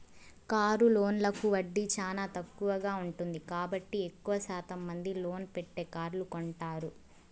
car లోన్లకు వడ్డీ చానా తక్కువగా ఉంటుంది కాబట్టి ఎక్కువ శాతం మంది లోన్ పెట్టే కార్లు కొంటారు